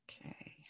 Okay